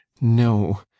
No